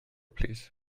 plîs